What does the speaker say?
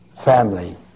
family